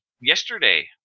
yesterday